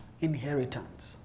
inheritance